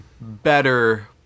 better